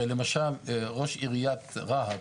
למשל ראש עיריית רהט,